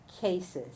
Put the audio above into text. cases